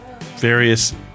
various